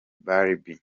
barbie